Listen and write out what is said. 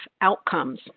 outcomes